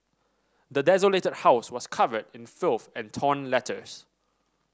the desolated house was covered in filth and torn letters